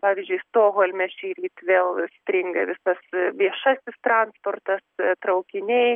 pavyzdžiui stokholme šįryt vėl stringa visas viešasis transportas traukiniai